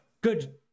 good